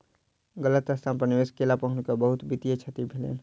गलत स्थान पर निवेश केला पर हुनका बहुत वित्तीय क्षति भेलैन